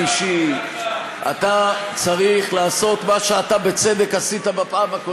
אבל יש סתירה לוגית במה שאתה אומר.